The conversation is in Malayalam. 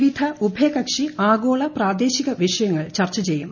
വിവിധ ഉഭയകക്ഷി ആഗോള പ്രാദേശിക വിഷയങ്ങൾ ചർച്ച ചെയ്യും